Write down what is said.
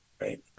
right